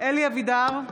אלי אבידר,